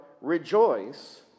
rejoice